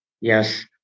Yes